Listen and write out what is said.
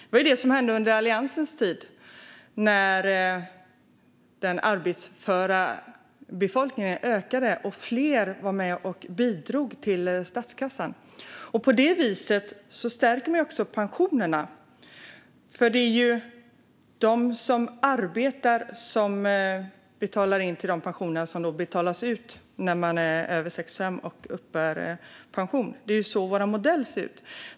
Det var vad som hände under Alliansens tid då den arbetsföra befolkningen ökade så att fler var med och bidrog till statskassan. På detta vis stärks även pensionerna. Det är de som arbetar som betalar in till de pensioner som sedan betalas ut när man är över 65 och uppbär pension. Det är så vår modell ser ut.